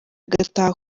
agataha